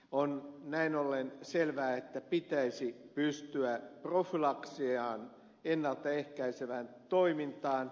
on näin ollen selvää että pitäisi pystyä profylaksiaan ennalta ehkäisevään toimintaan